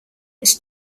its